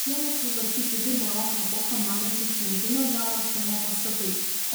šiemet sutvarkyti du baroko epochą menantys centrinio dvaro kiemo pastatai